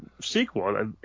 sequel